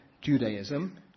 Judaism